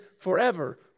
forever